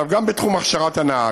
גם בתחום הכשרת הנהג,